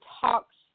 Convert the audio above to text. talks